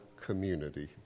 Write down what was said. community